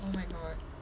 oh my god